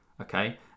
Okay